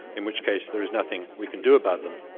in which case there is nothing we can do about them.